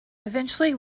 eventually